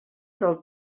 del